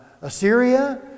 Assyria